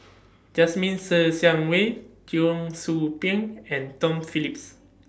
Jasmine Ser Xiang Wei Cheong Soo Pieng and Tom Phillips